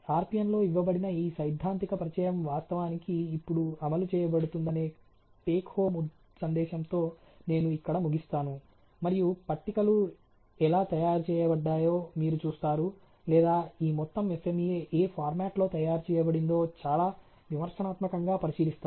RPN లో ఇవ్వబడిన ఈ సైద్ధాంతిక పరిచయం వాస్తవానికి ఇప్పుడు అమలు చేయబడుతుందనే టేక్ హోమ్ సందేశంతో నేను ఇక్కడ ముగిస్తాను మరియు పట్టికలు ఎలా తయారు చేయబడ్డాయో మీరు చూస్తారు లేదా ఈ మొత్తం FMEA ఏ ఫార్మాట్లో తయారు చేయబడిందో చాలా విమర్శనాత్మకంగా పరిశీలిస్తారు